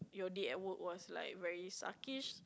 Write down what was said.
your day at work was like very suckish